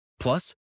Plus